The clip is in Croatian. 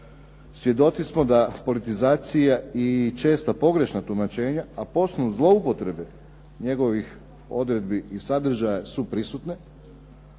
Svjedoci smo da politizacija i česta pogrešna tumačenja, a posebno zloupotrebe njegovih odredbi i sadržaja su prisutne,